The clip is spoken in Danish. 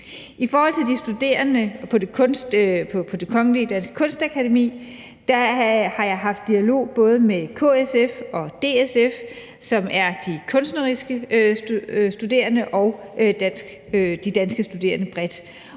I forhold til de studerende på Det Kongelige Danske Kunstakademi har jeg haft dialog både med KSF og DSF, som er henholdsvis de kunstnerisk studerende og de danske studerende bredt,